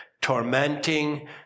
tormenting